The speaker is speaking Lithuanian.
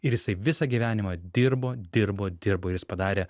ir jisai visą gyvenimą dirbo dirbo dirbo ir jis padarė